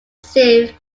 singh